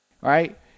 Right